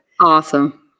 Awesome